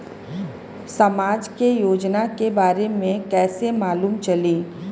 समाज के योजना के बारे में कैसे मालूम चली?